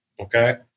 Okay